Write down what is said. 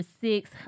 six